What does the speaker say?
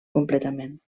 completament